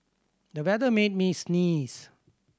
the weather made me sneeze